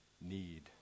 need